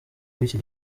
bw’iki